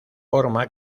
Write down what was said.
forma